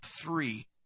three